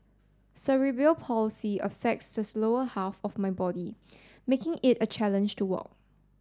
Cerebral Palsy affects the lower half of my body making it a challenge to walk